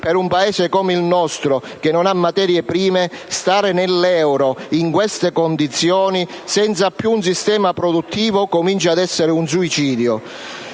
per un Paese come il nostro che non ha materie prime, stare nell'euro in queste condizioni, senza più un sistema produttivo, comincia ad essere un suicidio.